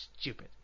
stupid